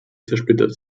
zersplittert